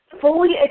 fully